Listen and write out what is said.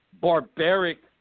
barbaric